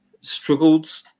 struggled